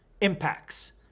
impacts